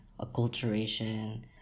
acculturation